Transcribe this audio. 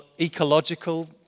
ecological